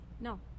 No